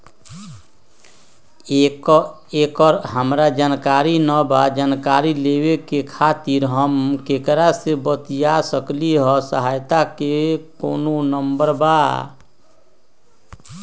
एकर हमरा जानकारी न बा जानकारी लेवे के खातिर हम केकरा से बातिया सकली ह सहायता के कोनो नंबर बा?